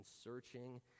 searching